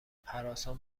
هراسان